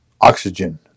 oxygen